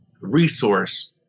resource